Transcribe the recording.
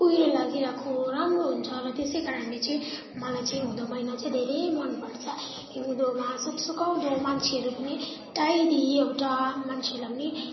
कुहिरो लागिरहेको राम्रो हुन्छ र त्यसै कारणले मलाई चाहिँ हिउँदो महिना चाहिँ धेरै मनपर्छ हिउँदोमा सुक्सुकाउँदो मान्छेहरू पनि टाइडी एउटा मान्छेहरूलाई पनि